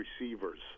receivers